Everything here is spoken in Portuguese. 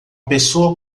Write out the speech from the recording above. pessoa